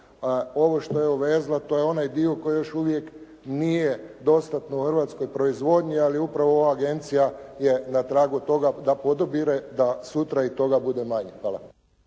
Ovo što je uvezla to je onaj dio koji još uvijek nije dostatno u hrvatskoj proizvodnji ali upravo ova agencija je na tragu toga da podupire da sutra i toga bude manje. Hvala.